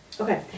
Okay